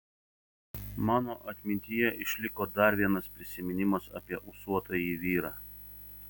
mano atmintyje išliko dar vienas prisiminimas apie ūsuotąjį vyrą